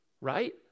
right